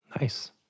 Nice